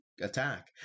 attack